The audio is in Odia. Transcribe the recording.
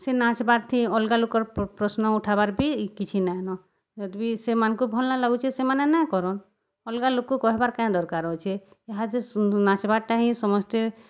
ସେ ନାଚ୍ବାରଥି ଅଲ୍ଗା ଲୋକର୍ ପ୍ରଶ୍ନ ଉଠାବାର୍ ବି କିଛି ନାଇନ ଯଦି ବି ସେମାନ୍ଙ୍କୁ ଭଲ୍ ନାଇଁ ଲାଗୁଚେ ସେମାନେ ନାଇଁ କରନ୍ ଅଲ୍ଗା ଲୋକ୍କୁ କହେବାର କାଇଁ ଦର୍କାର୍ ଅଛେ ଏହାଦେ ନାଚ୍ବାର୍ଟା ହିଁ ସମସ୍ତେ